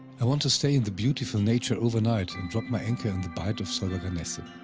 i want to stay in the beautiful nature overnight and drop my anchor in the bight of solberganaset.